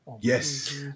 Yes